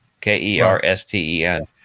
K-E-R-S-T-E-N